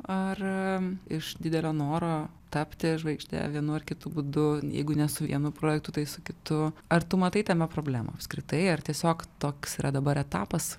ar iš didelio noro tapti žvaigžde vienu ar kitu būdu jeigu ne su vienu projektu tai su kitu ar tu matai tame problemų apskritai ar tiesiog toks yra dabar etapas